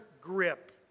grip